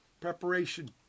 Preparation